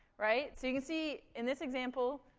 right? so you can see, in this example,